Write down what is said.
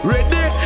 Ready